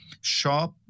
shop